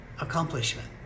Accomplishment